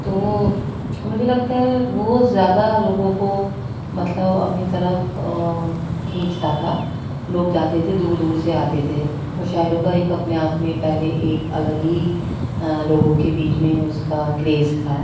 تو مجھے لگتا ہے بہت زیادہ لوگوں کو مطلب اپنی طرف کھینچتا تھا لوگ جاتے تھے دور دور سے آتے تھے مشاعروں کا ایک اپنے آپ میں پہلے ایک الگ ہی لوگوں کے بیچ میں اس کا کریز تھا